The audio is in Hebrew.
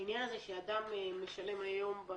אין סיבה שאדם שמשלם היום,